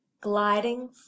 gliding